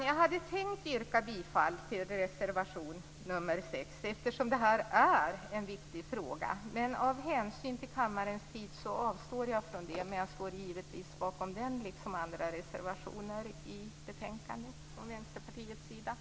Jag hade tänkt yrka bifall till reservation nr 6, eftersom det här är en viktig fråga, men av hänsyn till kammarens tid avstår jag från det. Jag står dock givetvis bakom denna liksom bakom andra reservationer från Vänsterpartiets sida i betänkandet.